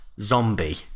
Zombie